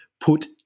put